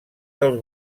dels